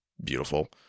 beautiful